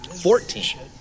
Fourteen